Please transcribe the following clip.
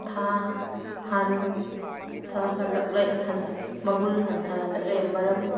ꯊꯥ ꯍꯟ ꯊꯍꯜꯂꯛꯂꯦ ꯃꯒꯨꯟ ꯍꯟꯊꯍꯜꯂꯛꯂꯦ ꯃꯔꯝ